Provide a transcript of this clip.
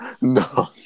No